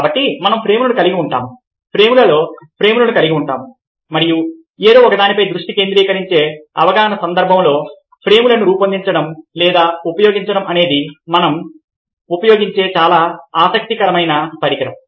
కాబట్టి మనం ఫ్రేమ్లను కలిగి ఉంటాము ఫ్రేమ్లలో ఫ్రేమ్లను కలిగి ఉంటాము మరియు ఏదో ఒకదానిపై దృష్టి కేంద్రీకరించే అవగాహన సందర్భంలో ఫ్రేమ్లను రూపొందించడం లేదా ఉపయోగించడం అనేది మనం ఉపయోగించే చాలా ఆసక్తికరమైన పరికరం